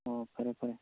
ꯑꯣ ꯐꯔꯦ ꯐꯔꯦ